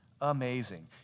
Amazing